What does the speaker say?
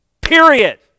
Period